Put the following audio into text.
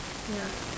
ya